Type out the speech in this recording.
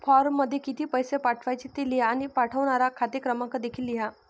फॉर्ममध्ये किती पैसे पाठवायचे ते लिहा आणि पाठवणारा खाते क्रमांक देखील लिहा